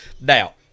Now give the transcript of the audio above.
Now